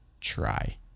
try